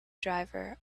driver